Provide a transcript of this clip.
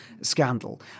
scandal